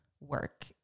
work